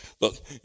look